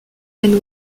and